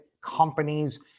companies